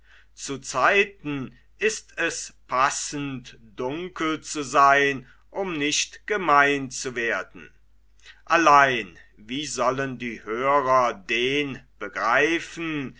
zu zeiten ist es passend dunkel zu seyn um nicht gemein zu werden allein wie sollen die hörer den begreifen